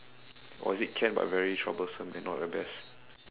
or is it can but very troublesome and not the best